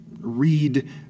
read